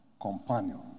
companion